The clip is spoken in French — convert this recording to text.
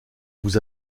vous